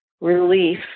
relief